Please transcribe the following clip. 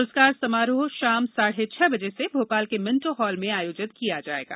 पुरस्कार समारोह आज शाम साढ़े छह बजे से भोपाल के मिंटो हाल में आयोजित किया जाएगा